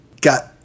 got